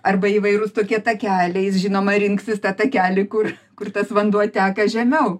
arba įvairūs tokie takeliai jis žinoma rinksis tą takelį kur kur tas vanduo teka žemiau